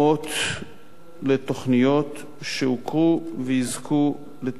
דוגמאות לתוכניות שהוכרו ויזכו לתמיכה